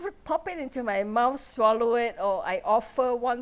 pop it into my mouth swallow it or I offer one